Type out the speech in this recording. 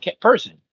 person